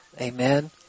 Amen